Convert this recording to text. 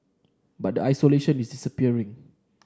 but the isolation is disappearing